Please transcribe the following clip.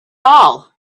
all